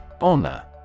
Honor